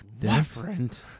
Different